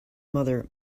mother